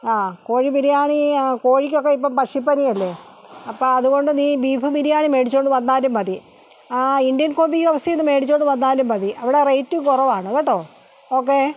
അ കോഴി ബിരിയാണി അ കോഴിക്കൊക്കെ ഇപ്പം പക്ഷിപ്പനിയല്ലേ അപ്പം അതുകൊണ്ട് നീ ബീഫ് ബിരിയാണി മേടിച്ചുകൊണ്ട് വന്നാലും മതി ആ ഇൻഡ്യൻ കോഫി ഹൗസിൽ നിന്ന് മേടിച്ചുകൊണ്ട് വന്നാലും മതി അവിടെ റേറ്റും കുറവാണ് കേട്ടോ ഓക്കെ